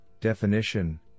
definition